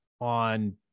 on